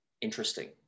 interesting